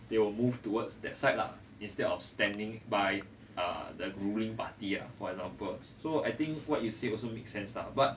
they will move towards that side lah instead of standing by uh the ruling party ah for example so I think what you say also make sense lah but